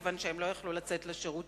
מכיוון שהם לא היו יכולים לצאת לשירותים.